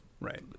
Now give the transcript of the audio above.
right